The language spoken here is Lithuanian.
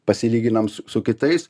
pasilyginiam su su kitais